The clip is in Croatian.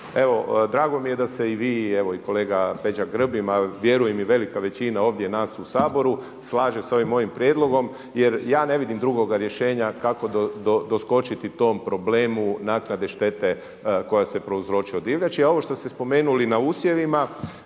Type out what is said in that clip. Evo drago mi je da se i vi i evo kolega Peđa Grbin, a vjerujem i velika većina ovdje nas u Saboru slaže sa ovim mojim prijedlogom jer ja ne vidim drugoga rješenja kako doskočiti tom problemu naknade štete koja se prouzroči od divljači.